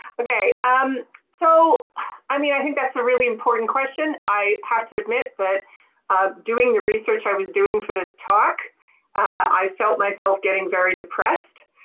okay um so i mean i think that's a really important question i have to admit that but doing the research i was doing for this talk i felt myself getting very depressed